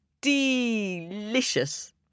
delicious